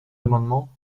amendements